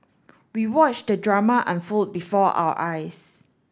we watched the drama unfold before our eyes